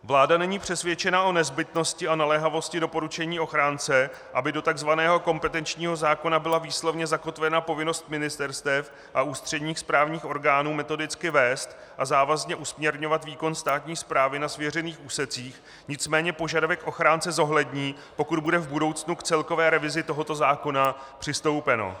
Vláda není přesvědčena o nezbytnosti a naléhavosti doporučení ochránce, aby do tzv. kompetenčního zákona byla výslovně zakotvena povinnost ministerstev a ústředních správních orgánů metodicky vést a závazně usměrňovat výkon státní správy na svěřených úsecích, nicméně požadavek ochránce zohlední, pokud bude v budoucnu k celkové revizi tohoto zákona přistoupeno.